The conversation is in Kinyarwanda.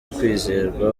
kwizerwa